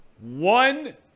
One